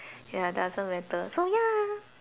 ya doesn't matter so ya